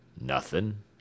Nothing